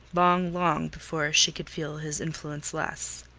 long, long before she could feel his influence less.